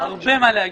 יש לי הרבה מה לומר,